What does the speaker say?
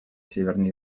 северной